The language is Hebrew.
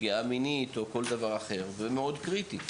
פגיעה מינית או כל דבר אחר, זה מאוד קריטי.